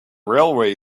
railway